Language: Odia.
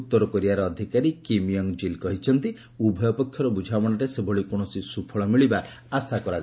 ଉତ୍ତର କୋରିଆର ଅଧିକାରୀ କିମ୍ ୟଙ୍ଗ ଜିଲ୍ କହିଛନ୍ତି ଉଭୟପକ୍ଷର ବୁଝାମଶାରେ ସେଭଳି କୌଣସି ସ୍କଫଳ ମିଳିବା ଆଶା କରାଯାଉ ନାହିଁ